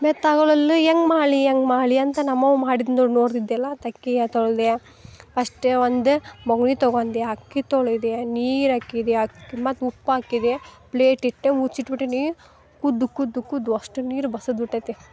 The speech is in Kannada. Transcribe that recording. ಮೆತ್ತಗೆ ಆಗೊಲಲ್ಲ ಹೆಂಗೆ ಮಾಡಲಿ ಹೆಂಗೆ ಮಾಡ್ಲಿ ಅಂತ ನಮ್ಮವ್ವ ಮಾಡಿದ್ದು ನೋಡ್ತಿದ್ದೆಯಲ್ಲಾ ತಕ್ಕಿಯ ತೊಳೆದೆ ಅಷ್ಟೇ ಒಂದು ಬೊಗ್ಣಿ ತಗೊಂಡು ಅಕ್ಕಿ ತೊಳೆದು ನೀರು ಹಾಕಿದ್ದು ಅಕ್ಕಿ ಮತ್ತೆ ಉಪ್ಪು ಹಾಕಿದೆ ಪ್ಲೇಟಿಟ್ಟು ಮುಚ್ಚಿಟ್ಬಿಟ್ಟಿನಿ ಕುದ್ದು ಕುದ್ದು ಕುದ್ದು ಅಷ್ಟು ನೀರು ಬಸದ್ಬಿಟೈತಿ